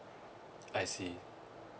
I see